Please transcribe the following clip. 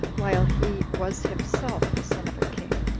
while he was himself the son of a king,